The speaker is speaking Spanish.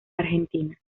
argentina